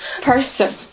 person